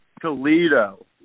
Toledo